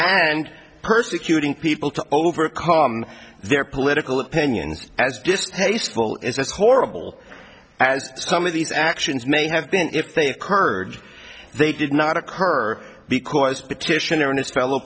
and persecuting people to overcome their political opinions as distasteful is as horrible as some of these actions may have been if they occurred they did not occur because petitioner and his fellow